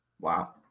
Wow